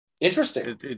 interesting